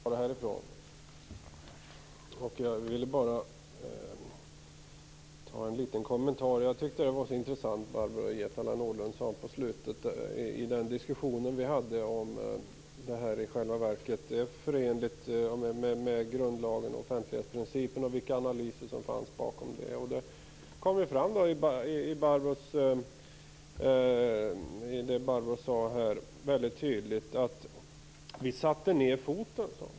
Fru talman! Jag vill bara göra en liten kommentar. Jag tyckte att det som Barbro Hietala Nordlund sade på slutet i den diskussion vi hade var intressant. Hon undrade om detta i själva verket är förenligt med grundlagen och offentlighetsprincipen och vilka analyser som fanns bakom. Det kom fram mycket tydligt i det Barbro Hietala Nordlund sade. Vi satte ned foten, sade hon.